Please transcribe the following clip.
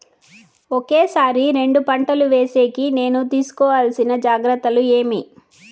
ఒకే సారి రెండు పంటలు వేసేకి నేను తీసుకోవాల్సిన జాగ్రత్తలు ఏమి?